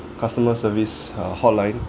customer service err hotline